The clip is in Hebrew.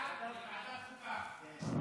בעד להעביר לוועדת חוקה.